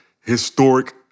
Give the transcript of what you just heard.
historic